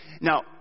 Now